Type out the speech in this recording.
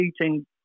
eating